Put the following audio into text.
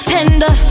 Panda